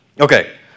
okay